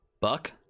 Buck